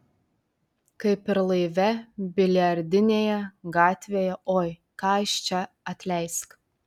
kaip ir laive biliardinėje gatvėje oi ką aš čia atleisk